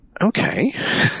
okay